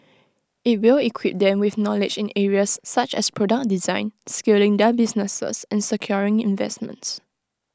IT will equip them with knowledge in areas such as product design scaling their businesses and securing investments